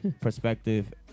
perspective